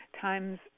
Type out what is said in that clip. times